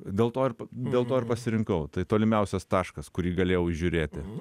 dėl to ir dėl to ir pasirinkau tai tolimiausias taškas kurį galėjau žiūrėti